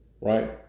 right